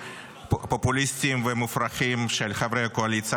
פופוליסטיים ומופרכים של חברי קואליציה,